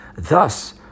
Thus